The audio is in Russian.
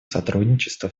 сотрудничество